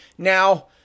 Now